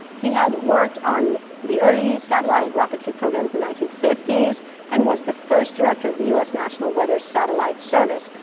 he had worked on the early satellite rocketry programs in the nineteen fifty s and was the first director of the us national weather satellite service.